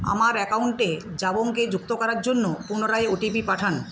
আমার অ্যাকাউন্টে জাবংকে যুক্ত করার জন্য পুনরায় ওটিপি পাঠান